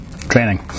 training